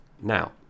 Now